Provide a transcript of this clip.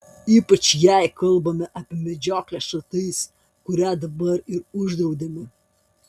ypač jei kalbame apie medžioklę šratais kurią dabar ir uždraudėme